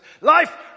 life